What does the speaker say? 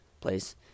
place